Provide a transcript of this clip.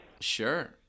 Sure